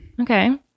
Okay